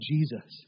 Jesus